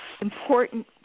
important